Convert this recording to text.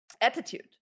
attitude